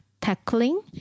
tackling